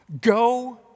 Go